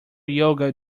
yoga